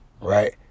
Right